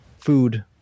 food